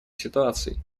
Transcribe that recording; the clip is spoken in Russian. ситуаций